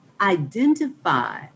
identify